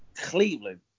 Cleveland